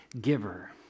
giver